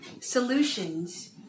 solutions